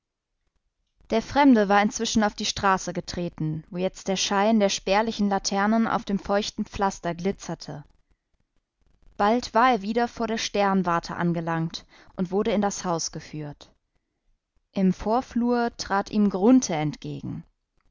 der fremde war inzwischen auf die straße getreten wo jetzt der schein der spärlichen laternen auf dem feuchten pflaster glitzerte bald war er wieder vor der sternwarte angelangt und wurde in das haus geführt im vorflur trat ihm grunthe entgegen